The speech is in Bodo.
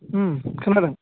खोनादों